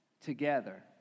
together